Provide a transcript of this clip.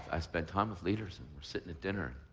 i spent time with leaders, and we're sitting at dinner,